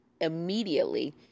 immediately